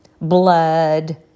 blood